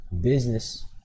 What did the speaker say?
business